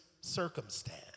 circumstance